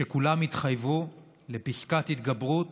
שכולם יתחייבו לפסקת התגברות